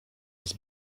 jest